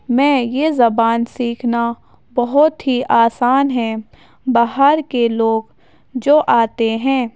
میں یہ زبان سیکھنا بہت ہی آسان ہے باہر کے لوگ جو آتے ہیں